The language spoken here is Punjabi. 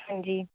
ਹਾਂਜੀ